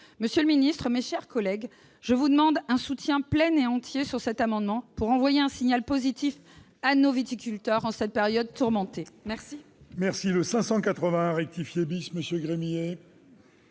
servir de leçon. Mes chers collègues, je vous demande un soutien plein et entier à cet amendement, afin d'envoyer un signal positif à nos viticulteurs en cette période tourmentée.